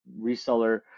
reseller